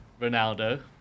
Ronaldo